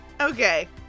Okay